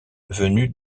venue